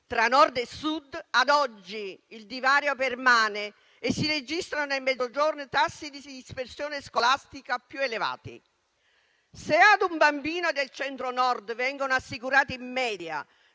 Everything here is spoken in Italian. tra Nord e Sud, ad oggi il divario permane e si registrano nel Mezzogiorno tassi di dispersione scolastica più elevati. Se a un bambino del Centro-Nord vengono assicurate in media